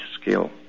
scale